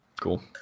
Cool